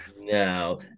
No